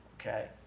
okay